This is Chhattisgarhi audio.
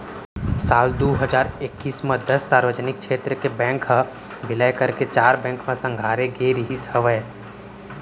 साल दू हजार एक्कीस म दस सार्वजनिक छेत्र के बेंक ह बिलय करके चार बेंक म संघारे गे रिहिस हवय